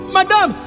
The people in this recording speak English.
Madam